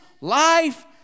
life